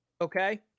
Okay